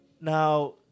now